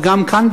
וגם כאן,